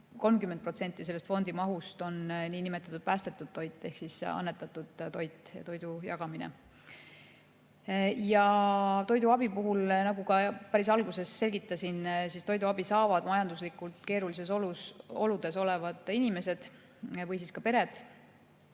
30% sellest fondi mahust on niinimetatud päästetud toit ehk annetatud toit ja toidujagamine. Nagu ma ka päris alguses selgitasin, toiduabi saavad majanduslikult keerulistes oludes olevad inimesed või pered,